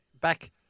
back